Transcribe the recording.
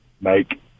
make